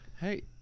hey